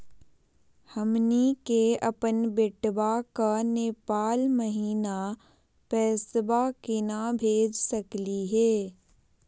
हमनी के अपन बेटवा क नेपाल महिना पैसवा केना भेज सकली हे?